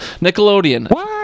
Nickelodeon